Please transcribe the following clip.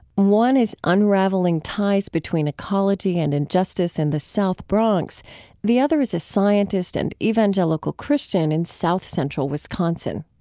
one is unraveling ties between ecology and injustice in the south bronx the other is a scientist and evangelical christian in south-central wisconsin.